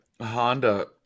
honda